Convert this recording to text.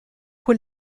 pour